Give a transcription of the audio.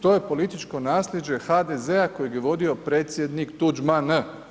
To je političko nasljeđe HDZ-a koje je vodio predsjednik Tuđman.